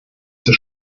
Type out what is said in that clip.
zur